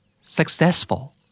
successful